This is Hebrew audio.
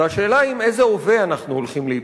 והשאלה היא עם איזה הווה אנחנו הולכים להיפגש.